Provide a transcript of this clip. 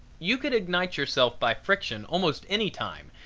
you could ignite yourself by friction almost any time,